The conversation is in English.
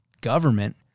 government